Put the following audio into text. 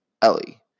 Ellie